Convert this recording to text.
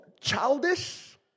childish